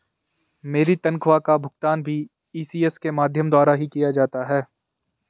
मेरी तनख्वाह का भुगतान भी इ.सी.एस के माध्यम द्वारा ही किया जाता है